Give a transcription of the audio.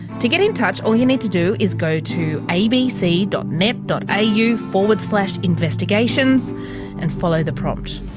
to get in touch all you need to do is go to abc dot net dot ah au forward slash investigations and follow the prompts.